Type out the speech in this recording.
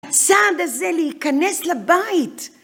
סאנדה זה להיכנס לבית!